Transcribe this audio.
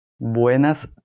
Buenas